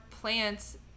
plants